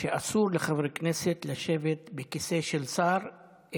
שאסור לחבר כנסת לשבת בכיסא של שר,